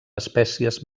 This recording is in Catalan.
espècies